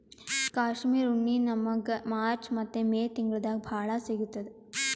ಕಾಶ್ಮೀರ್ ಉಣ್ಣಿ ನಮ್ಮಗ್ ಮಾರ್ಚ್ ಮತ್ತ್ ಮೇ ತಿಂಗಳ್ದಾಗ್ ಭಾಳ್ ಸಿಗತ್ತದ್